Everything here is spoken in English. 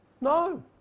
No